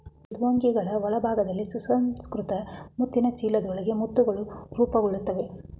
ಮೃದ್ವಂಗಿಗಳ ಒಳಭಾಗದಲ್ಲಿ ಸುಸಂಸ್ಕೃತ ಮುತ್ತಿನ ಚೀಲದೊಳಗೆ ಮುತ್ತುಗಳು ರೂಪುಗೊಳ್ತವೆ